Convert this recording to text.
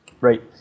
Right